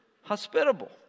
hospitable